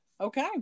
Okay